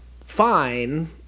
fine